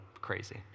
crazy